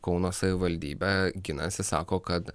kauno savivaldybė ginasi sako kad